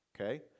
okay